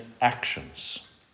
actions